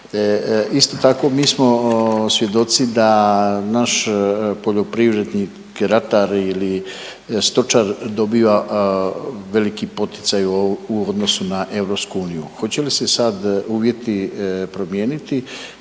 Isto tako mi smo svjedoci da naš poljoprivrednik, ratar ili stočar dobiva veliki poticaj u odnosu na EU. Hoće li se sad uvjeti promijeniti